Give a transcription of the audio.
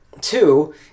Two